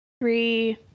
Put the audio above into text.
three